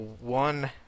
one